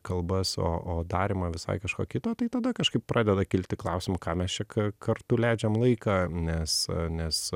kalbas o o darymą visai kažko kito tai tada kažkaip pradeda kilti klausimų kam mes čia ka kartu leidžiam laiką nes nes